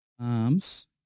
arms